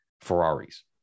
Ferraris